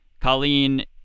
Colleen